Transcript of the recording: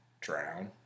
drown